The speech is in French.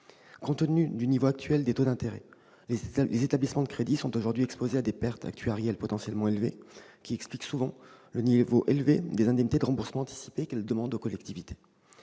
Compte tenu du niveau actuel des taux d'intérêt, les établissements de crédit sont aujourd'hui exposés à des pertes actuarielles potentiellement importantes, ce qui explique le niveau élevé des indemnités de remboursement anticipé qu'ils demandent souvent aux collectivités.